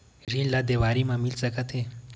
ऋण ला देवारी मा मिल सकत हे